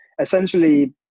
essentially